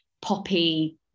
poppy